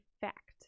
fact